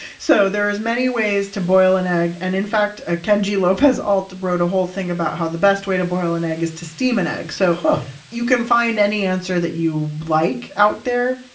so there are as many ways to boil an egg, and in fact, ah kenji lopez-alt wrote a whole thing about how the best way to boil an egg is to steam an egg so but you can find any answer that you like out there.